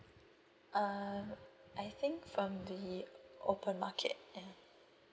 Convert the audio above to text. uh I think from the open market ya